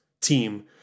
team